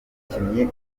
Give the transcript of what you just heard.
umukinnyi